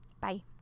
Bye